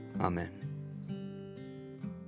Amen